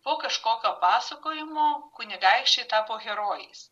po kažkokio pasakojimo kunigaikščiai tapo herojais